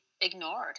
ignored